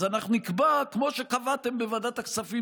אז אנחנו נקבע, כמו שקבעתם בוועדת הכספים